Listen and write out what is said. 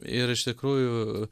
ir iš tikrųjų